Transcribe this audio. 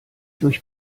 durch